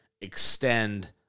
extend